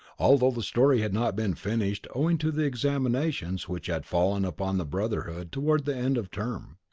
although the story had not been finished owing to the examinations which had fallen upon the brotherhood toward the end of term.